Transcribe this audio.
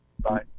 Bye